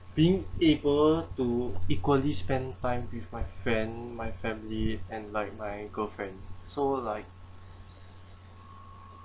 being able to equally spend time with my friend my family and like my girlfriend so like